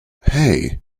hey